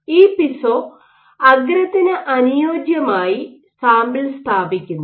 ഈ പീസോ അഗ്രത്തിന് അനുയോജ്യമായി സാമ്പിൾ സ്ഥാപിക്കുന്നു